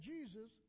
Jesus